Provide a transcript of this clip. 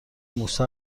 موسی